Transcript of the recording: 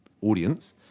audience